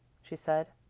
she said.